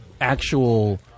actual